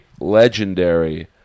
legendary